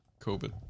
COVID